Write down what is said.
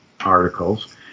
articles